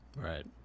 right